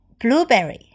Blueberry